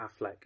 Affleck